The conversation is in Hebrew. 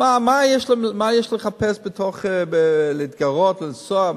מה יש לחפש להתגרות, לנסוע,